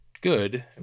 good